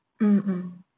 mm mm